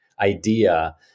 idea